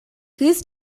кыыс